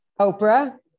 Oprah